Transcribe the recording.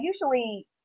usually